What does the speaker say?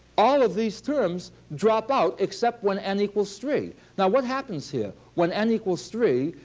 all of these terms drop out except when n equals three. now what happens here? when n equals three,